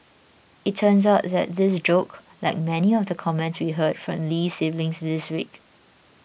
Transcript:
it turns out that this joke like many of the comments we heard from the Lee siblings this week